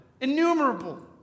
innumerable